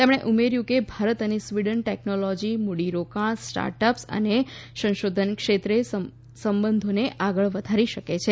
તેમણે ઉમેર્યું કે ભારત અને સ્વીડન ટેકનોલોજી મૂડીરોકાણ સ્ટાર્ટઅપ્સ અને સંશોધન ક્ષેત્રે સંબંધોને આગળ વધારી શકે છે